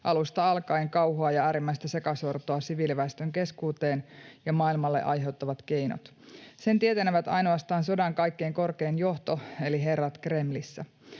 aiheuttavat kauhua ja äärimmäistä sekasortoa siviiliväestön keskuuteen ja maailmalle. Sen tietänevät ainoastaan sodan kaikkein korkein johto eli herrat Kremlissä.